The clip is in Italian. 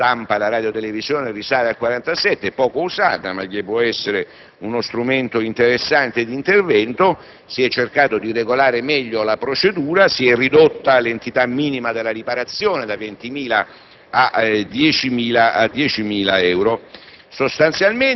sulla stampa, che risale al 1948, poco usata, ma che può essere uno strumento interessante di intervento); si è cercato di regolare meglio la procedura, si è ridotta l'entità minima della riparazione, portandola da 20.000 a 10.000 euro.